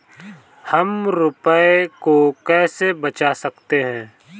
हम रुपये को कैसे बचा सकते हैं?